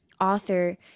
author